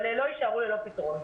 אבל לא יישארו ללא פתרון.